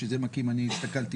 והסתכלתי